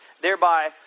thereby